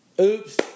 Oops